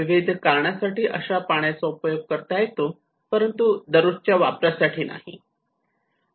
विविध कारणांसाठी अशा पाण्याचा उपयोग करता येतो परंतु दररोजच्या वापरासाठी नाही